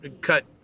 cut